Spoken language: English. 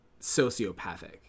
sociopathic